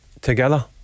together